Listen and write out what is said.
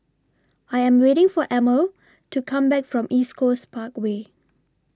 I Am waiting For Emil to Come Back from East Coast Parkway